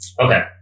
Okay